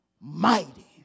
mighty